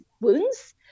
wounds